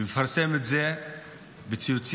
ומפרסם את זה בציוצים,